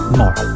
more